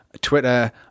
Twitter